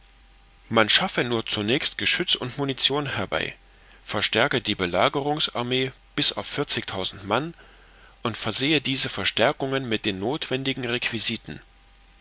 man schaffe nur zunächst geschütz und munition herbei verstärke die belagerungsarmee bis auf vierzigtausend mann und versehe diese verstärkungen mit den nothwendigen requisiten